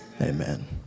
amen